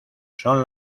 son